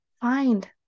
find